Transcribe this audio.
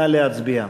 נא להצביע.